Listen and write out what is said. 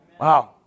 Wow